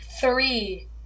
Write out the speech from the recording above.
three